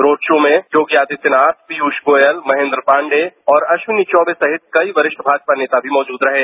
road show में योगी अदित्यनाथ पीयूष गोयल महेन्द्र पांडे और अश्विन चौवे सहित कई वरिष्ठ भाजपा नेता भी मौजूद रहें